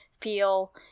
feel